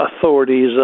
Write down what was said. authorities